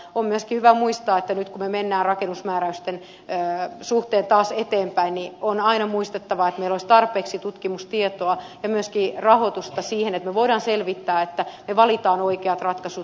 on myöskin hyvä muistaa että nyt kun me menemme rakennusmääräysten suhteen taas eteenpäin meillä olisi tarpeeksi tutkimustietoa ja myöskin rahoitusta siihen että me voimme selvittää että me valitsemme oikeat ratkaisut